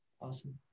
Awesome